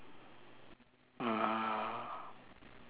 ah